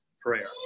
prayer